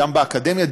גם באקדמיה,